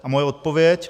A moje odpověď.